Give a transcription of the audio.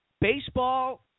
Baseball